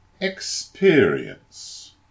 experience